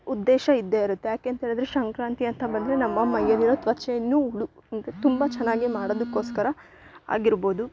ಉದ್ದೇಶ ಇದ್ದೆ ಇರುತ್ತೆ ಯಾಕೆ ಅಂತ ಹೇಳಿದರೆ ಸಂಕ್ರಾಂತಿ ಅಂತ ಬಂದರೆ ನಮ್ಮ ಮೈಯಲ್ಲಿರೋ ತ್ವಚೆಯನ್ನು ಹೊಳಪ್ ಮತ್ತು ತುಂಬ ಚೆನ್ನಾಗಿ ಮಾಡೋದಕೋಸ್ಕರ ಆಗಿರ್ಬೋದು